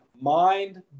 mind